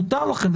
מותר לכם,